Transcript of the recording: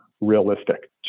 realistic